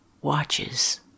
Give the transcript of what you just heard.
watches